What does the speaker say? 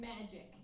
magic